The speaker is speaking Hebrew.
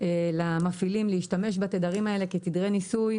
למפעילים להשתמש בתדרים האלה כתדרי ניסוי,